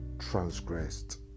transgressed